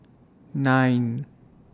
nine